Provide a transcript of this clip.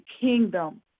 kingdom